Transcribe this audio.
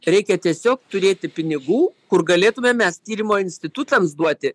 reikia tiesiog turėti pinigų kur galėtume mes tyrimo institutams duoti